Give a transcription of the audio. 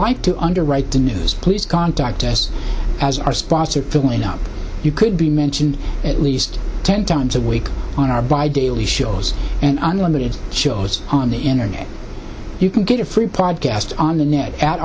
like to underwrite the news please contact us as our sponsor pulling up you could be mentioned at least ten times a week on our by daily shows and unlimited shows on the internet you can get a free podcast on the net at